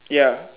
ya